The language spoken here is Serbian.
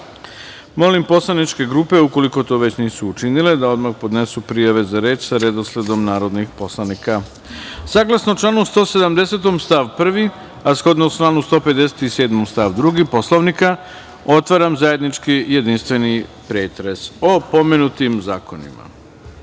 poslaničke grupe, ukoliko to već nisu učinile, da odmah podnesu prijave za reč sa redosledom narodnih poslanika. Saglasno članu 180. stav 1, a shodno članu 157. stav 2. Poslovnika, otvaram zajednički jedinstveni pretres o pomenutim